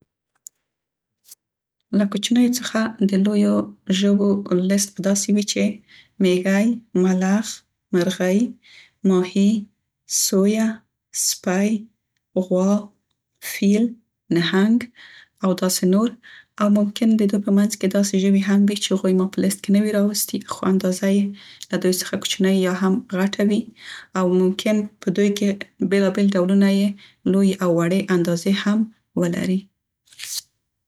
له کوچنیو څخه د لویو ژوو لست به داسې وي چې: میږی ملخ مرغۍ مږه ماهي سویه سپی غوا فیل نهنګ او داسې نور. او ممکن د دوی په منځ کې داسې ژوي هم وي چې هغوی ما په لست کې نه وي راوستي خو اندازه یې له دوی څخه کوچنۍ یا هم غټه وي او ممکن په دوی کې بیلابیل ډولونه یې لویې او وړې اندازې هم ولري.